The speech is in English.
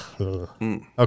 okay